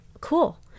cool